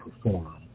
perform